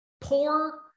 poor